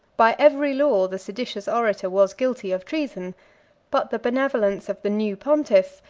by every law the seditious orator was guilty of treason but the benevolence of the new pontiff,